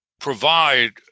provide